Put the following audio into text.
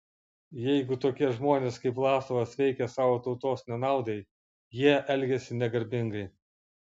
jeigu tokie žmonės kaip vlasovas veikia savo tautos nenaudai jie elgiasi negarbingai